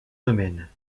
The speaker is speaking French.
domaines